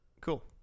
Cool